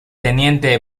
teniente